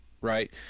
right